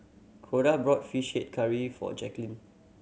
Corda brought Fish Head Curry for Jaqueline